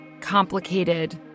complicated